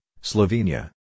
Slovenia